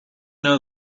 know